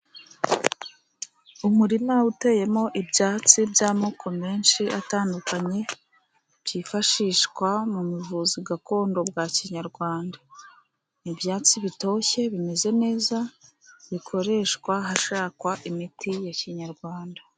Umurima uteyemo ibyatsi by'amoko menshi atandukanye, byifashishwa mu buvuzi gakondo, bwa kinyarwanda. Ni ibyatsi bitoshye, bimeze neza, bikoreshwa, hashakwa imiti ya kinyarwanda.